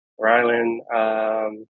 Rylan